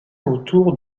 autour